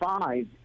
five